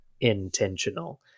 intentional